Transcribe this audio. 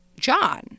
John